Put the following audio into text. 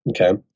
Okay